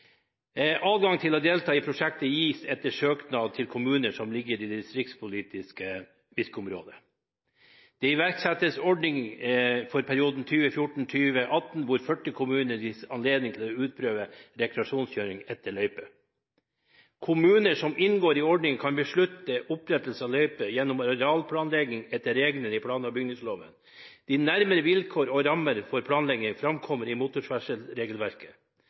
Adgangen til å delta i prosjektet gis etter søknad til kommuner som ligger i det distriktspolitiske virkeområdet. Det iverksettes en ordning for perioden 2014–2018 hvor 40 kommuner gis anledning til å utprøve rekreasjonskjøring etter løype. Kommuner som inngår i ordningen, kan beslutte opprettelse av løype gjennom arealplanlegging etter reglene i plan- og bygningsloven. De nærmere vilkår og rammer for planleggingen framkommer i